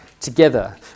together